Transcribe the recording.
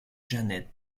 janet